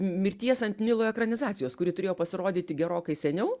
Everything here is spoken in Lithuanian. mirties ant nilo ekranizacijos kuri turėjo pasirodyti gerokai seniau